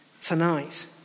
tonight